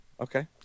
Okay